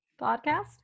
podcast